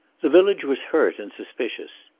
the village was hurt and suspicious.